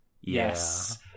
Yes